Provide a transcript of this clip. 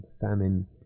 famine